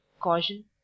caution